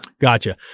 Gotcha